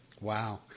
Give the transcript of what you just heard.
Wow